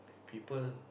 people